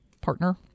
partner